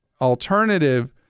alternative